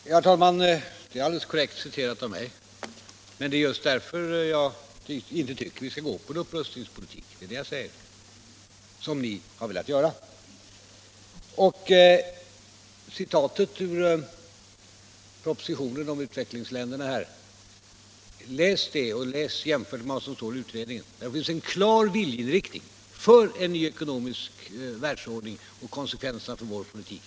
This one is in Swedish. Herr talman! Det är alldeles korrekt citerat, och det är just av dessa skäl jag anser att vi inte skall driva en upprustningspolitik, vilket ni vill göra. Det är det jag säger. Läs detta citat om utvecklingsländerna ur propositionen och jämför det med vad som står i utredningen! I denna finns en klar viljeinriktning för en ny ekonomisk världsordning, och där tar man upp konsekvenserna härav för vår ekonomiska politik.